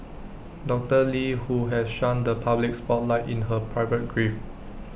doctor lee who has shunned the public spotlight in her private grief